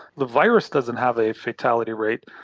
the virus doesn't have a fatality rate,